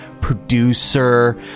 Producer